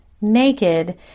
naked